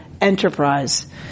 enterprise